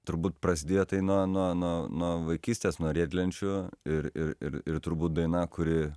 turbūt prasidėjo tai nuo nuo nuo vaikystės nuo riedlenčių ir ir ir turbūt daina kuri